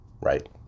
right